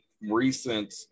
recent